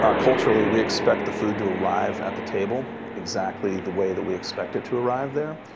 ah culturally, we expect the food to arrive at the table exactly the way that we expect it to arrive there.